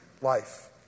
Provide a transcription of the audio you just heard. life